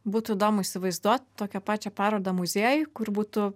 būtų įdomu įsivaizduot tokią pačią parodą muziejuj kur būtų